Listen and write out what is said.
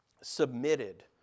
submitted